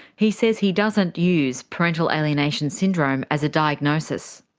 he says he doesn't use parental alienation syndrome as a diagnosis.